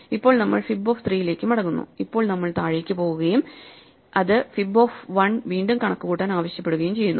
ഇപ്പോൾ നമ്മൾ fib of 3 ലേക്ക് മടങ്ങുന്നു ഇപ്പോൾ നമ്മൾ താഴേക്ക് പോകുകയും അത് fib ഓഫ് 1 വീണ്ടും കണക്കുകൂട്ടാൻ ആവശ്യപ്പെടുകയും ചെയ്യുന്നു